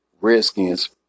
Redskins